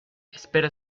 espera